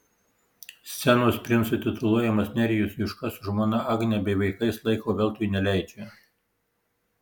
scenos princu tituluojamas nerijus juška su žmona agne bei vaikais laiko veltui neleidžia